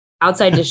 outside